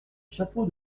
chapeau